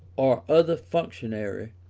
or other functionary,